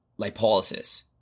lipolysis